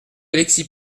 alexis